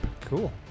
Cool